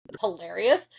hilarious